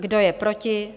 Kdo je proti?